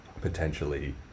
potentially